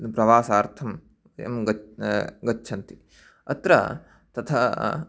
प्रवासार्थम् एवं गच्छन्ति गच्छन्ति अत्र तथा